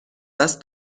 دست